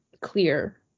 clear